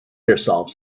yourself